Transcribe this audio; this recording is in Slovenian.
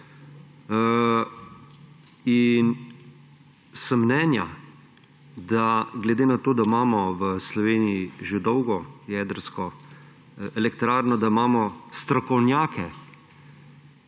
sem, da glede na to, da imamo v Sloveniji že dolgo jedrsko elektrarno, da imamo strokovnjake,